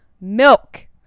milk